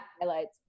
highlights